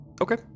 Okay